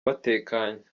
batekanye